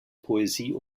poesie